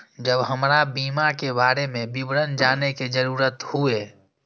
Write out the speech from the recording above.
जब हमरा बीमा के बारे में विवरण जाने के जरूरत हुए?